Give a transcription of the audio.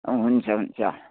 हुन्छ हुन्छ